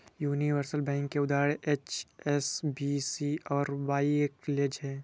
universal bank के उदाहरण HSBC और बार्कलेज हैं